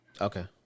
Okay